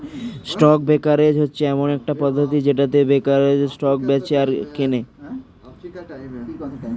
stock brokerage হচ্ছে এমন একটা পদ্ধতি যেটাতে ব্রোকাররা স্টক বেঁচে আর কেনে